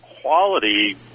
quality